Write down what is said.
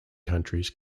countries